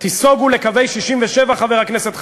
תיסוגו לקווי 67', חבר הכנסת חנין,